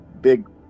big